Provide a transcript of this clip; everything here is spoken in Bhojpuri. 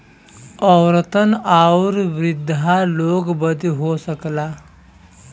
औरतन आउर वृद्धा लोग बदे हो सकला